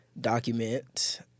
document